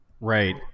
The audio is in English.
right